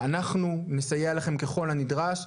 אנחנו נסייע לכם ככל הנדרש,